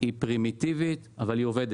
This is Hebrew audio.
היא פרימיטיבית, אבל היא עובדת.